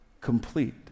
complete